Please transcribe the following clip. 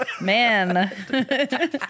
man